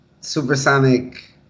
supersonic